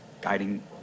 guiding